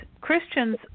christians